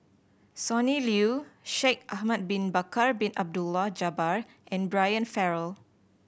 Sonny Liew Shaikh Ahmad Bin Bakar Bin Abdullah Jabbar and Brian Farrell